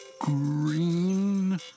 Green